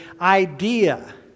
idea